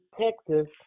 Texas